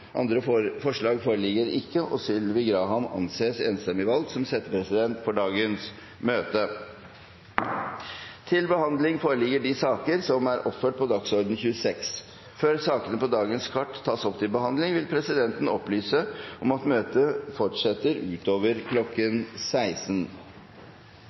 Andre forslag foreligger ikke, og Sylvi Graham anses enstemmig valgt som settepresident for dagens møte. Før sakene på dagens kart tas opp til behandling, vil presidenten opplyse om at møtet i dag fortsetter utover